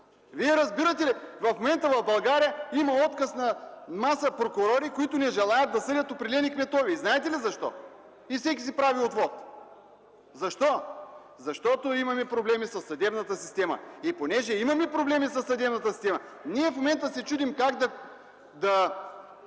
Вие разбирате ли, в момента в България има отказ на маса прокурори, които не желаят да съдят и всеки си прави отвод? Защо? Защото имаме проблеми със съдебната система! И понеже имаме проблеми със съдебната система, в момента се чудим как да